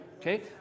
Okay